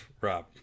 Rob